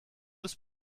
des